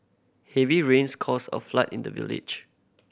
heavy rains caused a flood in the village